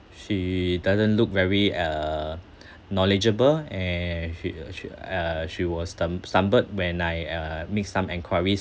she doesn't look very uh knowledgeable and she uh she uh she was dum~ when I uh make some enquiries